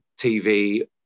tv